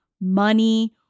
money